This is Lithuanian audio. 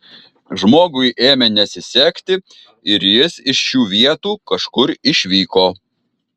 žmogui ėmė nesisekti ir jis iš šių vietų kažkur išvyko